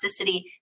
toxicity